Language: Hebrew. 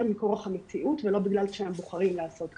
מכורח המציאות ולא בגלל שהם בוחרים לעשות כך.